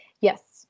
Yes